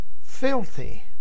filthy